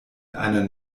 einer